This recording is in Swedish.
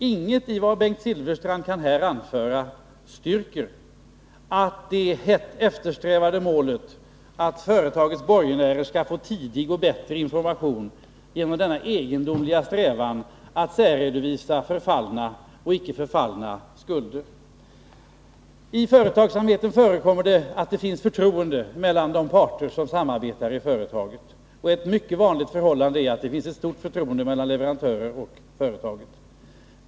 Inget i vad Bengt Silfverstrand kan anföra styrker att det hett eftersträvade målet skulle vara att företagens borgenärer skall få tidig och bättre information genom denna egendomliga strävan att särredovisa förfallna och icke förfallna skulder. Inom företagsamheten förekommer det att det finns ett förtroende mellan parter som samarbetar. Ett mycket vanligt förhållande är att det finns stort förtroende mellan ett företag och dess leverantörer.